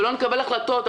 ולא נקבל החלטות,